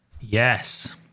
Yes